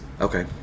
Okay